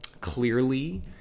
clearly